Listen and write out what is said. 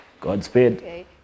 Godspeed